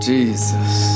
Jesus